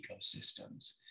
ecosystems